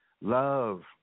Love